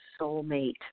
Soulmate